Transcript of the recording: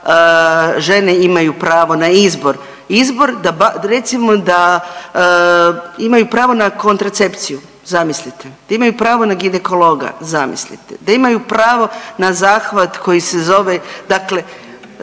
žene imaju pravo na izbor. Izbor da, recimo da imaju pravo na kontracepciju zamislite, da imaju pravo na ginekologa zamislite, da imaju pravu na zahvat koji se zove, dakle,